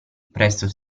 presto